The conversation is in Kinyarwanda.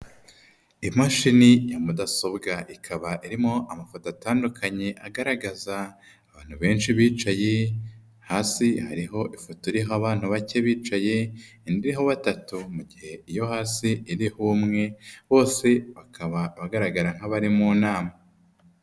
Imashini ya mudasobwa, ikaba irimo amafoto atandukanye agaragaza abantu benshi bicaye, hasi hariho ifoto iriho abana bake bicaye, indi iriho batatu mu gihe iyo hasi iriho umwe, bose bakaba bagaragara nk'abari mu nama.